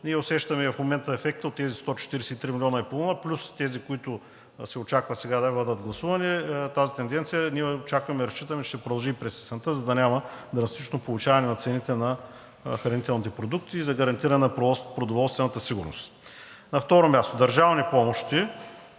Ние усещаме в момента ефекта от тези 143,5 млн. лв. плюс тези, които се очаква сега да бъдат гласувани. Тази тенденция ние очакваме и разчитаме да продължи и през есента, за да няма драстично повишаване на цените на хранителните продукти за гарантиране на продоволствената сигурност. На второ място, държавни помощи.